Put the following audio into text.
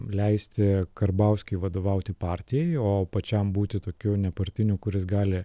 leisti karbauskiui vadovauti partijai o pačiam būti tokiu nepartiniu kuris gali